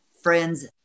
friends